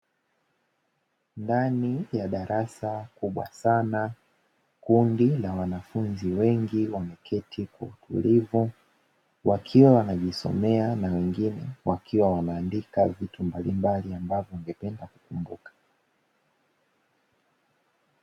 Ndani ya darasa kubwa sana, kundi la wanafunzi wengi wameketi kwa utulivu, wakiwa wanajisomea na wengine wakiwa wanaandika vitu mbalimbali ambavyo wangependa kukumbuka.